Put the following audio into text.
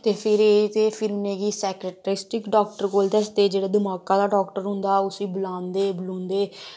ते फिर के फिर उ'नेंगी सैक्ट्रेटिक डाक्टर कोल दसदे जेह्ड़ा दमाका दा डाक्टर होंदा उसी बलांदे बलूंदे